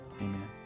Amen